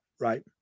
right